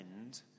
end